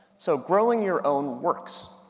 so growing your own works.